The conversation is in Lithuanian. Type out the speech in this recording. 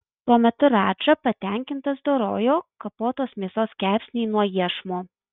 tuo metu radža patenkintas dorojo kapotos mėsos kepsnį nuo iešmo